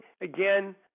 again